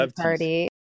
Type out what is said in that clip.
party